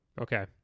okay